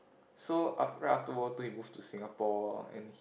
so af~ right after World War Two he moved to Singapore and he